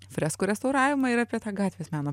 freskų restauravimą ir apie tą gatvės meno